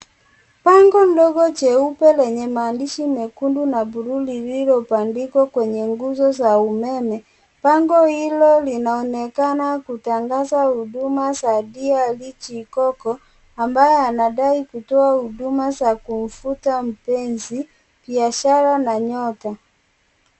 Bango ndogo jeupe lenye maandishi mekundu na bluu lililopandikwa kwenye nguzo za umeme, bango hilo linaonekana kutangaza huduma za Dr. Chikonko ambayo yanadai kutoa huduma za kumvuta mpenzi, biashara na nyota.